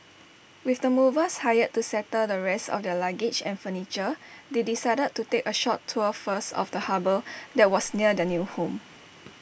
with the movers hired to settle the rest of their luggage and furniture they decided to take A short tour first of the harbour that was near their new home